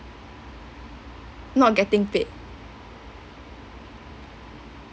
not getting paid